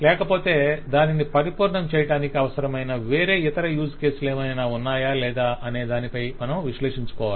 లేకపోతే దానిని పరిపూర్ణం చేయటానికి అవసరమైన వేరే ఇతర యూజ్ కేసులేమైన ఉన్నాయా లేదా అనే దానిపై మనం విశ్లేషించుకోవాలి